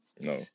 No